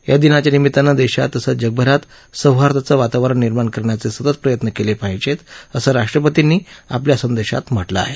या दिनाच्या निमित्तानं देशात तसंच जगभरात सौहार्दाचं वातावरण निर्माण करण्याचे सतत प्रयत्न केले पाहिजेत असं राष्ट्रपतींनी आपल्या संदेशात म्हटलं आहे